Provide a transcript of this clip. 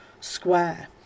square